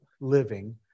living